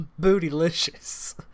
bootylicious